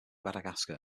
madagascar